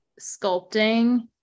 sculpting